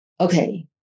okay